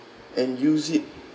and use it